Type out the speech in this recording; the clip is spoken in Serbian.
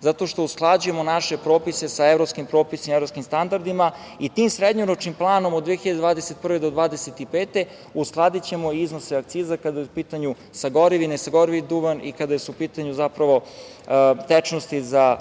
zato što usklađujemo naše propisima sa evropskim propisima i evropskim standardima i tim srednjoročnim planom od 2021. do 2025. godine uskladićemo i iznose akciza, kada je u pitanju sagorivi i nesagorivi duvan i kada su u pitanju zapravo tečnosti za